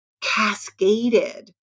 cascaded